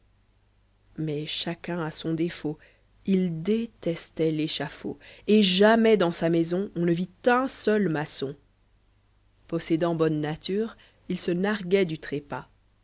mais chacun a son défaut il détestait l'échafaud et jamais dans sa maison on ne vit un seul maçon possédant bonne nature il se narguait du trépas